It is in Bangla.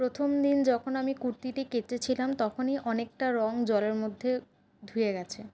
প্রথমদিন যখন আমি কুর্তিটি কেচেছিলাম তখনই অনেকটা রঙ জলের মধ্যে ধুয়ে গেছে